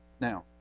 Now